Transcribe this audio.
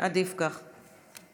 עדיף כך.